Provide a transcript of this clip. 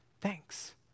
thanks